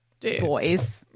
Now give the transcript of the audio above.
boys